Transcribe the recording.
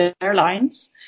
Airlines